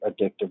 addictive